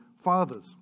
fathers